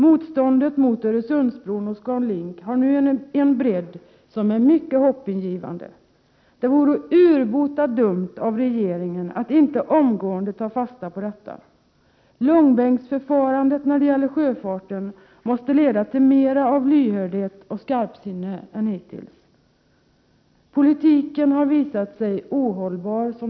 Motståndet mot Öresundsbron och ScanLink har nu en bredd som är mycket hoppingivande. Det vore urbota dumt av regeringen att inte omgående ta fasta på detta. Långbänksförfarande när det gäller sjöfarten måste ersättas av mera lyhördhet och skarpsinne än hittills. Politiken har visat sig ohållbar.